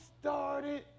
started